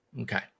Okay